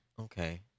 Okay